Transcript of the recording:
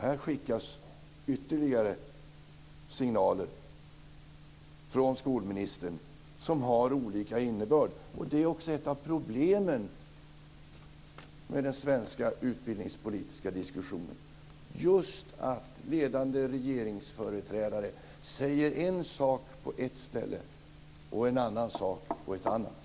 Här skickas ytterligare signaler från skolministern som har olika innebörd. Det är också ett av problemen med den svenska utbildningspolitiska diskussionen. Just att ledande regeringsföreträdare säger en sak på ett ställe och en annan sak på ett annat.